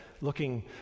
looking